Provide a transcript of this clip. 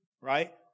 right